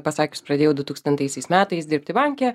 pasakius pradėjau du tūkstantaisiais metais dirbti banke